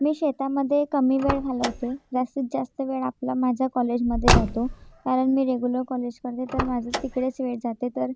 मी शेतामध्ये कमी वेळ घालवते जास्तीत जास्त वेळ आपला माझा कॉलेजमध्ये जातो कारण मी रेगुलर कॉलेज करते तर माझं तिकडेच वेळ जाते तर